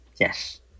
Yes